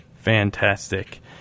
Fantastic